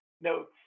notes